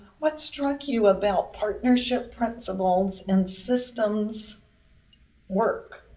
what struck you about partnership principles and systems work?